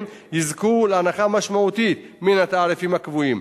יזכו להנחה משמעותית מן התעריפים הקבועים.